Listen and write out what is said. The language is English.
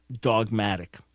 dogmatic